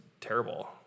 terrible